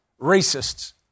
racists